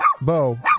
Bo